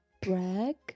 brag